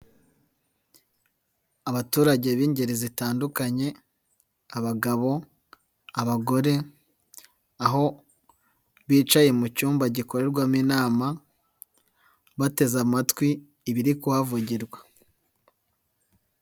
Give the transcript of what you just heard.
Abaturage b'ingeri zitandukanye: abagabo, abagore, aho bicaye mu cyumba gikorerwamo inama, bateze amatwi ibiri kuhavugirwa.